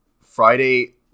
Friday